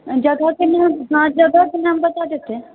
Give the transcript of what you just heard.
जगहके नाम हँ जगहके नाम बता देतै